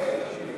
(קוראת בשמות חברי הכנסת)